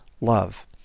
love